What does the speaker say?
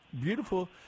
beautiful